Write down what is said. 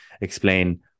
explain